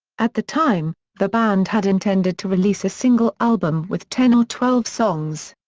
at the time, the band had intended to release a single album with ten or twelve songs.